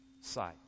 sight